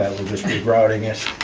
that we're just rerouting it,